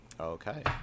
Okay